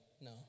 No